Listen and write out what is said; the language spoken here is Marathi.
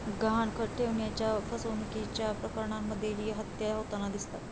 गहाणखत ठेवण्याच्या फसवणुकीच्या प्रकरणांमध्येही हत्या होताना दिसतात